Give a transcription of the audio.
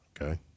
Okay